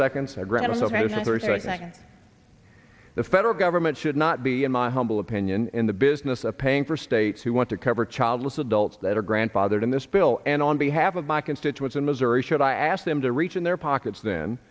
that the federal government should not be in my humble opinion in the business of paying for states who want to cover childless adults that are grandfathered in this bill and on behalf of my constituents in missouri should i ask them to reach in their pockets